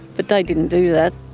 but they didn't do that.